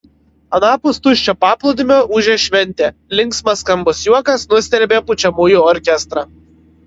anapus tuščio paplūdimio ūžė šventė linksmas skambus juokas nustelbė pučiamųjų orkestrą